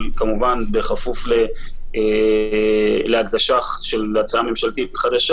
אבל כמובן בכפוף להגשה של הצעת חוק ממשלתית חדשה.